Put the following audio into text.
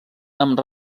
amb